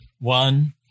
one